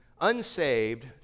unsaved